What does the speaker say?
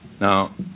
Now